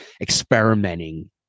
experimenting